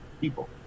people